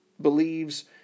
believes